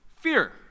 Fear